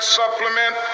supplement